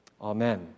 Amen